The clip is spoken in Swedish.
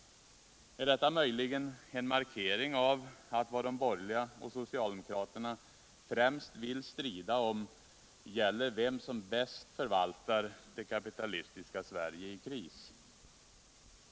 Är detta möjligen en markering av att vad de borgerliga och socialdemokraterna främst vill strida om gäller vem som bäst förvaltar det kapitalistiska Sverige i kris?